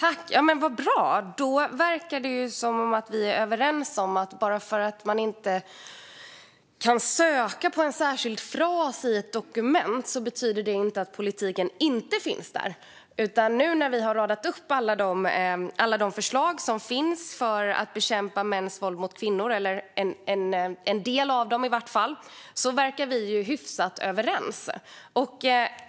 Fru talman! Vad bra! Det verkar som att jag och Gudrun Nordborg är överens. Bara för att man inte kan söka på en särskild fras i ett dokument betyder det inte att politiken inte finns där. Nu när jag har radat upp i alla fall en del av alla förslag som finns i Tidöavtalet när det gäller att bekämpa mäns våld mot kvinnor verkar vi vara hyfsat överens.